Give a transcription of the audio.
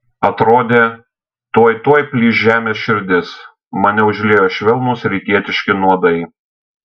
atrodė tuoj tuoj plyš žemės širdis mane užliejo švelnūs rytietiški nuodai